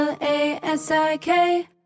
L-A-S-I-K